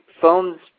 phone's